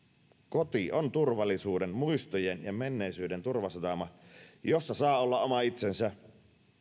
koti on turvallisuuden muistojen ja menneisyyden turvasatama jossa saa olla oma itsensä